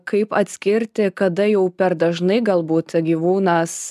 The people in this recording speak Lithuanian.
kaip atskirti kada jau per dažnai galbūt gyvūnas